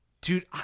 Dude